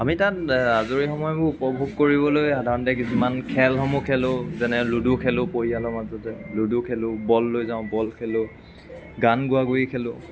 আমি তাত আজৰি সময়বোৰ উপভোগ কৰিবলৈ সাধাৰণতে কিছুমান খেলসমূহ খেলোঁ যেনে লুডু খেলোঁ পৰিয়ালৰ মাজতে লুডু খেলোঁ বল লৈ যাওঁ বল খেলোঁ গান গোৱা গোৱি খেলোঁ